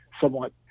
somewhat